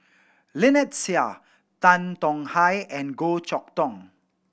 Lynnette Seah Tan Tong Hye and Goh Chok Tong